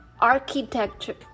architecture